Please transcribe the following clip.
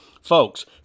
Folks